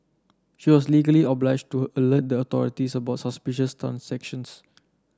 she was legally obliged to alert the authorities about suspicious transactions